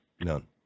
None